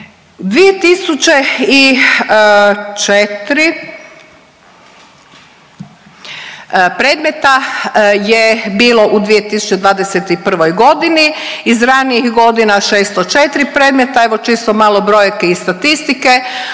2004 premeta je bilo u 2021.g., iz ranijih godina 604 predmeta, evo čisto malo brojke i statistike